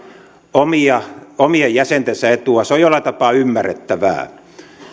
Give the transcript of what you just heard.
omien jäsentensä etua jollain tapaa ymmärrettävää